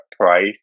price